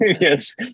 Yes